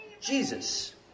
Jesus